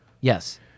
Yes